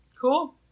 Cool